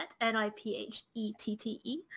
N-I-P-H-E-T-T-E